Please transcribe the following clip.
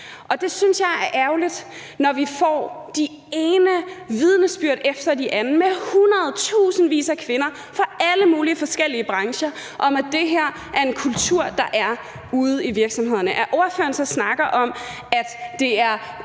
Det synes jeg er ærgerligt, når vi får det ene vidnesbyrd efter det andet med tusindvis af kvinder fra alle mulige forskellige brancher om, at det her er en kultur, der er ude i virksomhederne. At ordføreren så snakker om, at det er